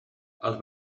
els